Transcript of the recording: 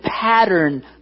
pattern